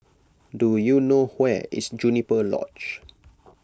do you know where is Juniper Lodge